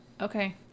Okay